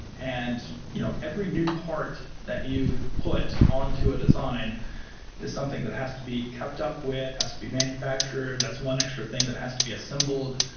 and you know every new part that you put on to a design is something that has to be kept up with, has to be manufactured. that's one extra thing that has to be assembled.